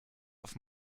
auf